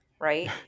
right